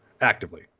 actively